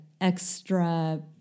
extra